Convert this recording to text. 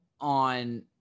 on